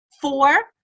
four